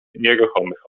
nieruchomych